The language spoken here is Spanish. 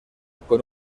con